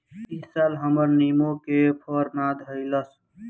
इ साल हमर निमो के फर ना धइलस